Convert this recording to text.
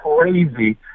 crazy